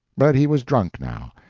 but he was drunk now,